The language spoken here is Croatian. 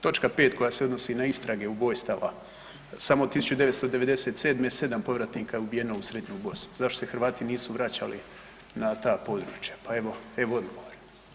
Točka 5. koja se odnosi na istrage ubojstava samo 1997. 7 povratnika je ubijeno u Srednju Bosnu, zašto se Hrvati nisu vraćali na ta područja, pa evo, evo odgovora.